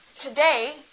Today